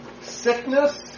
sickness